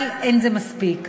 אבל אין זה מספיק.